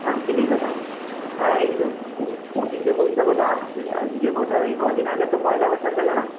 শান্তিনিকেতন হ্যাঁ এই তো পঁচিশে বৈশাখও তো আসছে আজকে বোধহয় এই কদিন আগে পয়লা বৈশাখ গেলো না